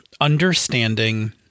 understanding